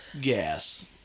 gas